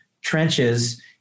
trenches